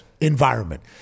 environment